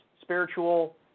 spiritual